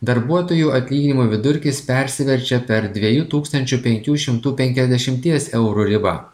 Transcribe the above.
darbuotojų atlyginimų vidurkis persiverčia per dviejų tūkstančių penkių šimtų penkiasdešimties eurų ribą